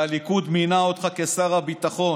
והליכוד מינה אותך לשר הביטחון,